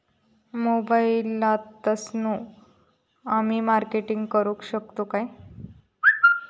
मोबाईलातसून आमी मार्केटिंग करूक शकतू काय?